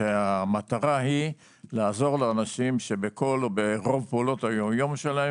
שהמטרה היא לעזור לאנשים שבכל או ברוב פעולות היום-יום שלהם,